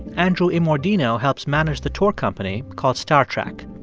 andrew immordino helps manage the tour company called star track.